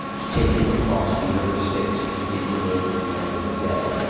to take him across the river styx and into the land of the dead.